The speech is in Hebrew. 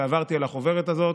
ועברתי על החוברת הזאת.